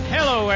Hello